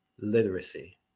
literacy